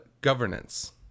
governance